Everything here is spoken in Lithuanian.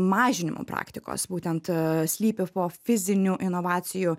mažinimo praktikos būtent a slypi po fizinių inovacijų